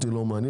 אותי לא מעניין.